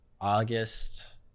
august